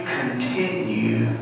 continue